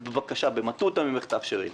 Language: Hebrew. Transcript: בבקשה, במטותא ממך, תאפשרי לי.